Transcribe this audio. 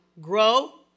Grow